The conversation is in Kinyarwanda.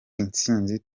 intsinzi